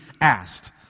asked